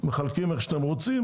מחלקים איך שאתם רוצים,